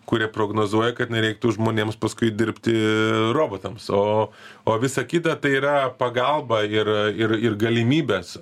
kuria prognozuoja kad nereiktų žmonėms paskui dirbti robotams o o visa kita tai yra pagalba ir ir ir galimybės